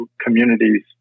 communities